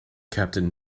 captain